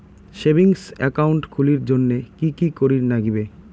Savings account খুলির জন্যে কি কি করির নাগিবে?